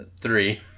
Three